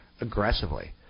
aggressively